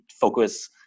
focus